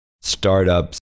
startups